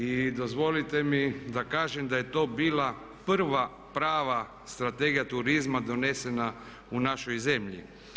I dozvolite mi da kažem da je to bila prva prava strategija turizma donesena u našoj zemlji.